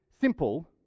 simple